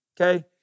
Okay